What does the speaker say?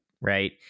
right